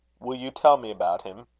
will you tell me about him?